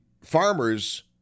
farmers